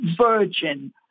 virgin